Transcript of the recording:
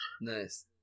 Nice